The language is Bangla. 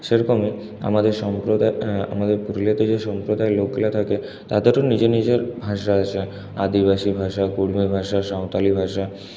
সেরকমই আমাদের সম্প্রদায় আমাদের পুরুলিয়াতে যে সম্প্রদায়ের লোকগুলা থাকে তাদেরও নিজের ভাষা আছে আদিবাসী ভাষা কুড়মি ভাষা সাঁওতালি ভাষা